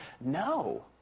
no